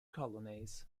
colonies